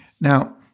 Now